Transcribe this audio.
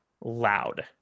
loud